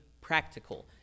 practical